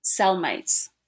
cellmates